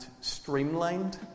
streamlined